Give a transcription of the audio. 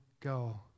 Go